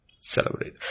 Celebrate